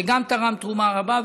וגם הוא תרם תרומה רבה,